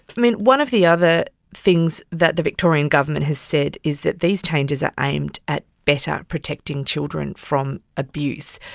i mean, one of the other things that the victorian government has said is that these changes are aimed at better protecting children from abuse.